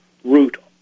route